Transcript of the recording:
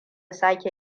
sake